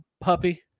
puppy